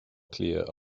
cliath